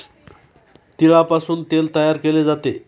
तिळापासून तेल तयार केले जाते